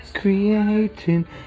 creating